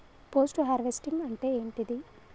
Post harvesting అంటే ఏంటిది?